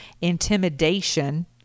intimidation